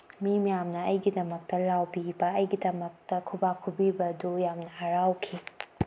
ꯃꯤ ꯃꯌꯥꯝꯅ ꯑꯩꯒꯤꯗꯃꯛꯇ ꯂꯥꯎꯕꯤꯕ ꯑꯩꯒꯤꯗꯃꯛꯇ ꯈꯨꯕꯥꯛ ꯈꯨꯕꯤꯕꯗꯨ ꯌꯥꯝꯅ ꯍꯔꯥꯎꯈꯤ